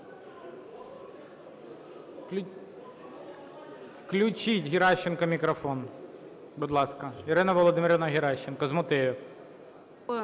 Включіть Геращенко мікрофон. Будь ласка, Ірина Володимирівна Геращенко, з мотивів.